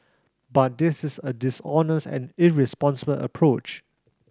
but this is a dishonest and irresponsible approach